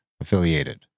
affiliated